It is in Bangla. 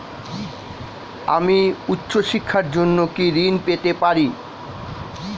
আমি উচ্চশিক্ষার জন্য কি ঋণ পেতে পারি?